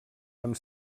amb